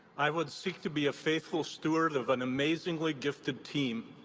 i would seek to be a faithful steward of an amazingly gifted team.